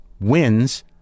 Wins